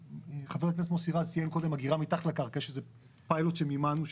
חבר הכנסת מוסי רז ציין קודם אגירה מתחת לקרקע שזה פיילוט שמימנו,